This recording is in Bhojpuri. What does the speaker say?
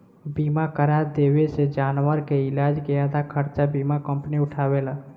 बीमा करा देवे से जानवर के इलाज के आधा खर्चा बीमा कंपनी उठावेला